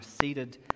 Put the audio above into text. seated